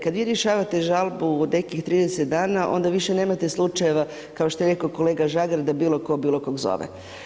Kada vi rješavate žalbu od nekih 30 dana onda više nemate slučajeva kao što je rekao kolega Žagar da bilo tko bilo koga zove.